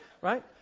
right